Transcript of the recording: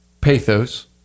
pathos